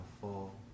full